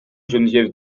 geneviève